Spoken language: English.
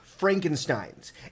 Frankensteins